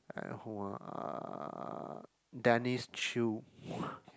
and who ah uh Dennis Chew